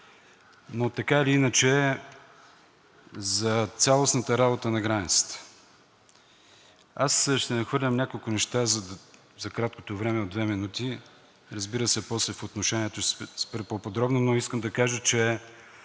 Но така или иначе е за цялостната работа на границата. Аз ще нахвърлям няколко неща за краткото време от две минути. Разбира се, после в отношението си ще се спра по-подробно, но искам да кажа, че